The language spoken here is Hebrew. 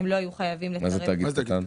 הוא לא יהיה חייב -- מה זה תאגיד קטן?